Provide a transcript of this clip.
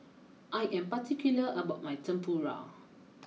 I am particular about my Tempura